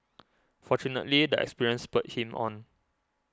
fortunately the experience spurred him on